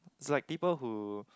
it's like people who